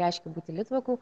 reiškia būti litvaku